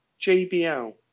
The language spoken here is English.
JBL